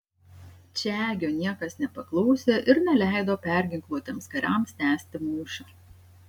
čegio niekas nepaklausė ir neleido perginkluotiems kariams tęsti mūšio